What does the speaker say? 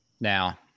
now